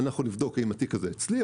אנחנו נבדוק אם התיק הזה הצליח.